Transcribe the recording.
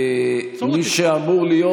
מי שאמור להיות,